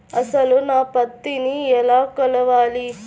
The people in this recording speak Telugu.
అసలు నా పత్తిని ఎలా కొలవాలి?